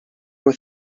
were